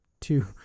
two